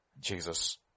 Jesus